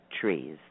Trees